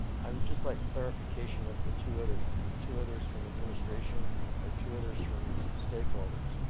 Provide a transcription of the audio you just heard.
i would just like clarification of the two others is it two others from administration or two others from stakeholders?